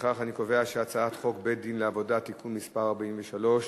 לפיכך אני קובע שהצעת חוק בית-הדין לעבודה (תיקון מס' 43),